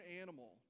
animal